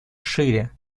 шире